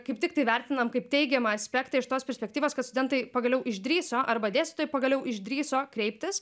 kaip tiktai vertinam kaip teigiamą aspektą iš tos perspektyvos kad studentai pagaliau išdrįso arba dėstytojai pagaliau išdrįso kreiptis